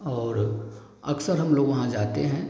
और अक्सर हमलोग वहाँ जाते हैं